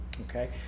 okay